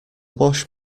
wash